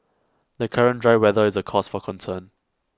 the current dry weather is A cause for concern